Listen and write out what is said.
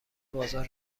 بازار